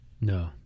No